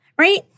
right